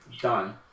done